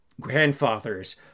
grandfathers